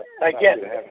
Again